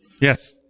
Yes